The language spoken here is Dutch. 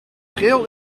geel